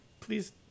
please